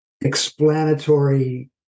explanatory